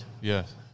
Yes